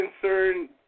concern